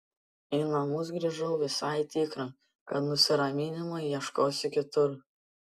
į namus grįžau visai tikra kad nusiraminimo ieškosiu kitur